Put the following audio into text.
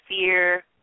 fear